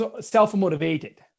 self-motivated